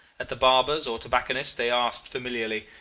at the barber's or tobacconist's they asked familiarly,